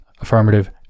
affirmative